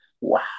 Wow